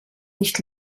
nicht